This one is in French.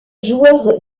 joueur